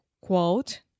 quote